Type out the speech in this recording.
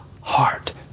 heart